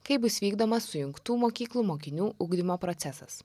kaip bus vykdomas sujungtų mokyklų mokinių ugdymo procesas